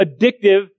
addictive